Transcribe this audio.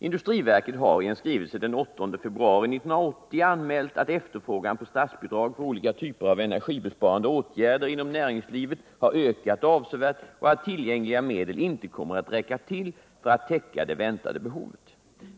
Industriverket har i en skrivelse den 8 februari 1980 anmält att efterfrågan på statsbidrag för olika typer av energibesparande åtgärder inom näringslivet har ökat avsevärt och att tillgängliga medel inte kommer att räcka till för att täcka det väntade behovet.